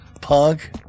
punk